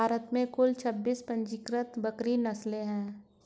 भारत में कुल छब्बीस पंजीकृत बकरी नस्लें हैं